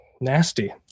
nasty